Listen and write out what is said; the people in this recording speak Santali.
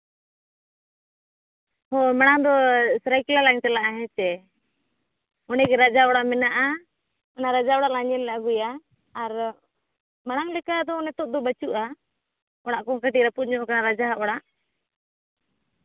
ᱦᱚᱸ ᱢᱟᱲᱟᱝ ᱫᱚ ᱥᱚᱨᱟᱭᱠᱮᱞᱞᱟ ᱞᱟᱝ ᱪᱟᱞᱟᱜᱼᱟ ᱦᱮᱸᱥᱮ ᱚᱸᱰᱮ ᱜᱮ ᱨᱟᱡᱟᱣᱟᱜ ᱚᱲᱟᱜᱼᱟ ᱚᱱᱟ ᱨᱟᱡᱟᱣᱟᱜ ᱚᱲᱟᱜ ᱞᱟᱝ ᱧᱮᱞ ᱟᱹᱜᱩᱭᱟ ᱟᱨ ᱢᱟᱲᱟᱝ ᱞᱮᱠᱟ ᱫᱚ ᱱᱤᱛᱳᱜ ᱫᱚ ᱵᱟᱹᱪᱩᱜᱼᱟ ᱚᱲᱟᱜ ᱠᱚ ᱠᱟᱹᱴᱤᱡ ᱨᱟᱹᱯᱩᱫ ᱧᱚᱜ ᱠᱟᱱᱟ ᱨᱟᱡᱟᱣᱟᱜ ᱚᱲᱟᱜ